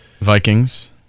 Vikings